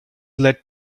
led